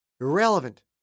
Irrelevant